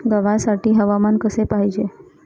गव्हासाठी हवामान कसे पाहिजे?